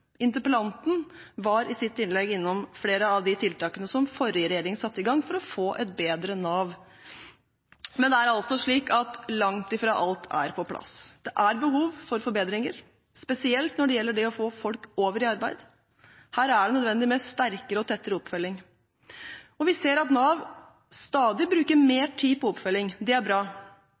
Interpellanten var i sitt innlegg innom flere av de tiltakene som forrige regjering satte i gang for å få et bedre Nav. Det er slik at langt fra alt er på plass. Det er behov for forbedringer, spesielt når det gjelder å få folk i arbeid. Her er det nødvendig med sterkere og tettere oppfølging. Vi ser at Nav stadig bruker mer tid på oppfølging – det er bra.